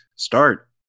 start